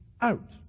out